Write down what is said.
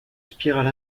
spirale